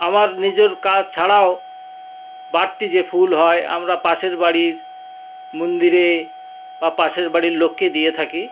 আবার নিজের কাজ ছাড়াও বাড়তি যে ফুল হয় আমরা পাশের বাড়ির মন্দিরে বা পাশের বাড়ির লোককে দিয়ে থাকি